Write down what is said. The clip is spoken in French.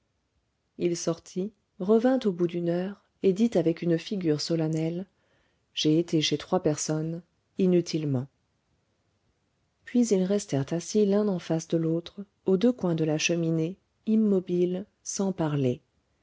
il sortit revint au bout d'une heure et dit avec une figure solennelle j'ai été chez trois personnes inutilement puis ils restèrent assis l'un en face de l'autre aux deux coins de la cheminée immobiles sans parler